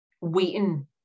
waiting